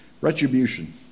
retribution